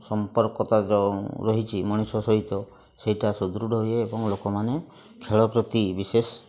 ସମ୍ପର୍କତା ଯେଉଁ ରହିଛି ମଣିଷ ସହିତ ସେଇଟା ସୁଦୃଢ଼ ହୁଏ ଏବଂ ଲୋକମାନେ ଖେଳପ୍ରତି ବିଶେଷ